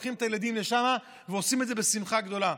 לוקחים את הילדים לשם ועושים את זה בשמחה גדולה.